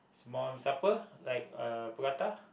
small supper like uh prata